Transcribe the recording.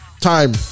time